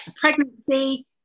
pregnancy